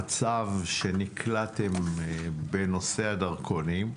המצב שנקלעתם אליו בנושא הדרכונים,